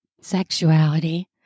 sexuality